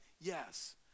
Yes